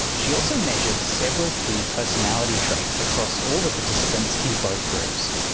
she also measured several key personality traits across all the participants in both groups.